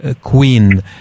Queen